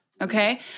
Okay